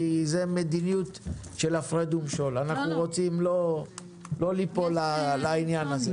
כי זאת מדיניות של הפרד ומשול ואנחנו לא רוצים ליפול לעניין הזה.